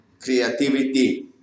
creativity